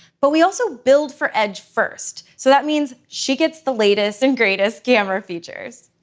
but we also build for edge first. so that means she gets the latest and greatest camera features.